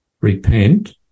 Repent